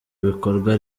bikorwa